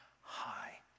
high